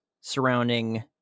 surrounding